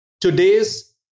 today's